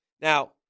Now